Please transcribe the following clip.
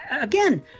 again